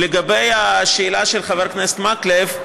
לגבי השאלה של חבר הכנסת מקלב,